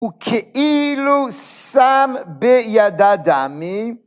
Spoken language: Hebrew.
‫הוא כאילו שם בידה דמי